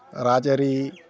ᱨᱟᱡᱽᱟᱹᱨᱤ